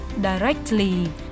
directly